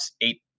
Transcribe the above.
eight